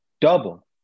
double